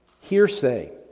hearsay